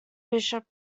bishop